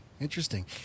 interesting